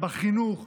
בחינוך,